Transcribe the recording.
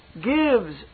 gives